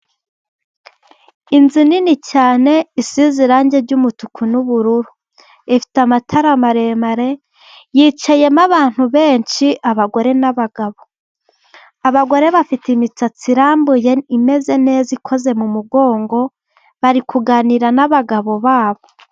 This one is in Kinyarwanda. Inzu nini cyane isize irangi ry'umutuku n'ubururu, ifite amatara maremare, yicayemo abantu benshi abagore n'abagabo, abagore bafite imisatsi irambuye imeze neza ikoze mu mugongo, bari kuganira n'abagabo babo.